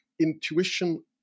intuition